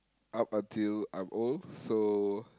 up until I'm old so